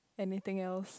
anything else